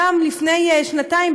גם לפני שנתיים,